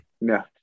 no